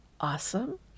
awesome